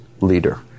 leader